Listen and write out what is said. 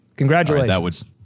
Congratulations